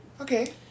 Okay